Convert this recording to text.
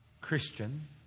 Christian